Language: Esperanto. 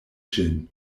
ĝin